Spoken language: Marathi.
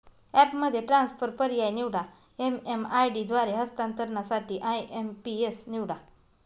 ॲपमध्ये ट्रान्सफर पर्याय निवडा, एम.एम.आय.डी द्वारे हस्तांतरणासाठी आय.एम.पी.एस निवडा